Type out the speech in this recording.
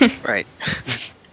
Right